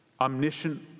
omniscient